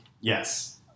Yes